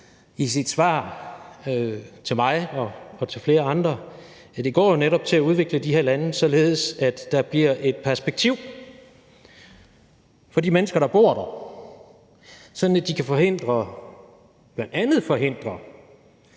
i sit svar til mig og til flere andre, nemlig til at udvikle de her lande, således at der bliver et perspektiv for de mennesker, der bor der, sådan at det bl.a. kan forhindre